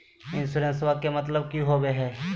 इंसोरेंसेबा के मतलब की होवे है?